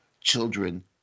Children